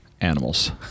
animals